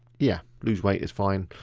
yeah, lose weight is fine.